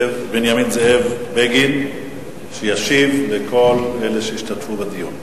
בנימין זאב בגין שישיב לכל אלה שהשתתפו בדיון.